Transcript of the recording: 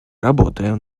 работаем